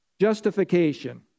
Justification